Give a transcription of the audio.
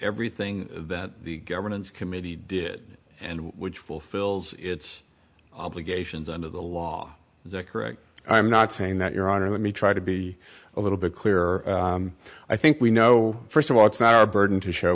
everything that the governance committee did and which fulfills its obligations under the law is that correct i am not saying that your honor let me try to be a little bit clear i think we know first of all it's not our burden to show